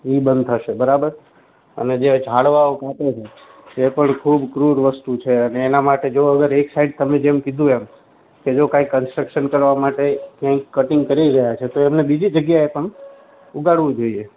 એ બંધ થશે બરાબર હવે જે ઝાડવાઓ કાપે છે તે પણ ખૂબ ક્રૂર વસ્તુ છે અને એનાં માટે જો એક સાઈડ તમે કીધું એમ કે જો કાંઈ કન્સ્ટ્રકશન કરવા માટે કંઇક કટિંગ કરી રહ્યા છે તો એમને બીજી જગ્યાએ પણ ઉગાડવું જોઈએ